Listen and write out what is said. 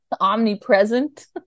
omnipresent